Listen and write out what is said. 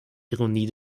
ironie